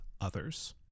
others